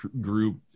group